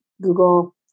Google